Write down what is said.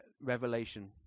Revelation